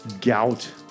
gout